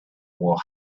were